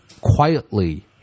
quietly